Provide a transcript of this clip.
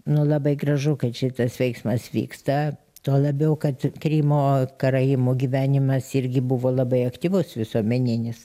nu labai gražu kad šitas veiksmas vyksta tuo labiau kad krymo karaimų gyvenimas irgi buvo labai aktyvus visuomeninis